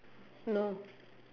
no